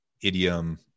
idiom